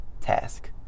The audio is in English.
task